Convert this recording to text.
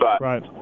right